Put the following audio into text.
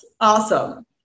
Awesome